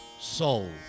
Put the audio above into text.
soul